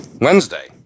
Wednesday